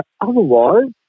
Otherwise